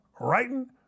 writing